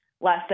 less